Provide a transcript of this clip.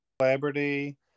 celebrity